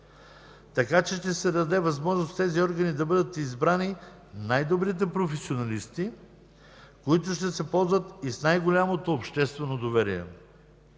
Така че ще се даде възможност в тези органи да бъдат избрани най-добрите професионалисти, които ще се ползват и с най-голямото обществено доверие.